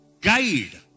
guide